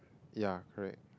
yeah correct